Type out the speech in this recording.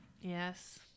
Yes